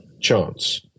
Chance